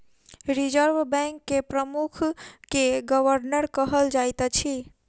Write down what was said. reserve bank के प्रमुख के गवर्नर कहल जाइत अछि